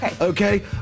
Okay